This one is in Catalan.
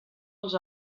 els